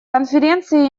конференция